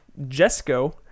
jesco